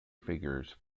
figures